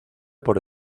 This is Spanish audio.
por